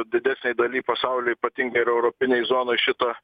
didesnėj daly pasaulio ypatingai ir europinėj zonoj šita